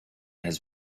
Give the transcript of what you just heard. has